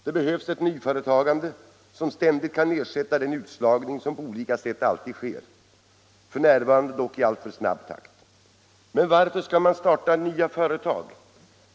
Det behövs ett nyföretagande som ständigt kan ersätta den utslagning som på olika sätt alltid sker; f. n. dock i alltför snabb takt. Men varför skall man starta nya företag?